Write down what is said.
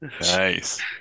Nice